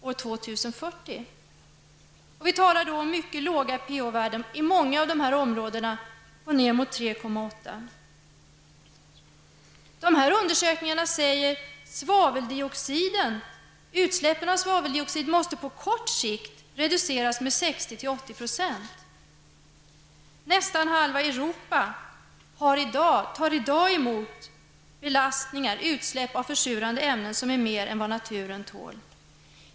Det talas om mycket låga pH-värden, bortåt 3,8, i många områden. Undersökningarna visar att utsläppen av svaveldioxid på kort sikt måste reduceras med 60-- 80 %. Nästan halva Europa tar i dag emot utsläpp av försurande ämnen som är mer än vad naturen tål.